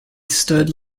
stood